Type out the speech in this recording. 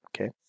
okay